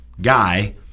guy